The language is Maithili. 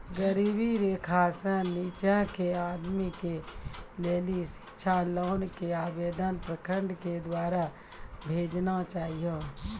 गरीबी रेखा से नीचे के आदमी के लेली शिक्षा लोन के आवेदन प्रखंड के द्वारा भेजना चाहियौ?